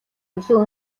илүү